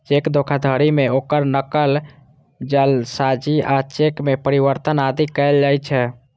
cheque धोखाधड़ी मे ओकर नकल, जालसाजी आ चेक मे परिवर्तन आदि कैल जाइ छै